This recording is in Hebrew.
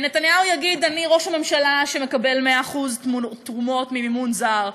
שנתניהו יגיד: אני ראש הממשלה שמקבל 100% תרומות ממימון זר,